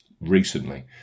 recently